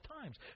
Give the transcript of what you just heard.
times